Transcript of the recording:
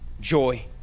joy